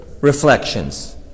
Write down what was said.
reflections